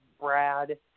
Brad